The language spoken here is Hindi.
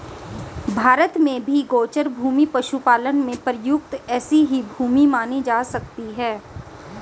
भारत में भी गोचर भूमि पशुपालन में प्रयुक्त ऐसी ही भूमि मानी जा सकती है